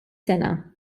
sena